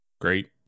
great